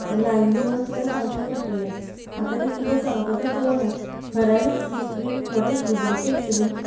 लायिल्ली म्हणून तिका सांगचें पडटलें आतां ती कितें सांगता तें पळोवया खऱ्यांनीच ही क्रीम खरेंच डुब्लिकेट क्रीम